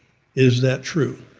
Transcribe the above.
is that true?